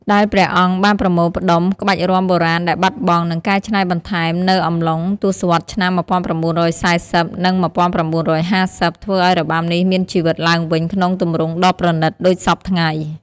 ដែលព្រះអង្គបានប្រមូលផ្ដុំក្បាច់រាំបុរាណដែលបាត់បង់ និងកែច្នៃបន្ថែមនៅអំឡុងទសវត្សរ៍ឆ្នាំ ១៩៤០ និង ១៩៥០ ធ្វើឱ្យរបាំនេះមានជីវិតឡើងវិញក្នុងទម្រង់ដ៏ប្រណីតដូចសព្វថ្ងៃ។